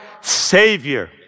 Savior